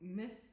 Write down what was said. miss